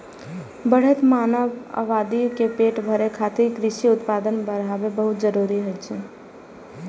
बढ़ैत मानव आबादी के पेट भरै खातिर कृषि उत्पादन बढ़ाएब बहुत जरूरी होइ छै